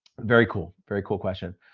very cool. very cool question.